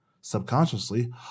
Subconsciously